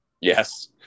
yes